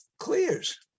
clears